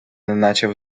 неначе